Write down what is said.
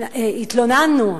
התלוננו,